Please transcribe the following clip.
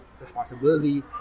responsibility